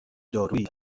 دارویی